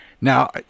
now